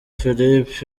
philip